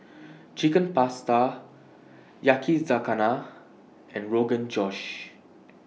Chicken Pasta Yakizakana and Rogan Josh